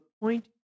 point